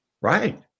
right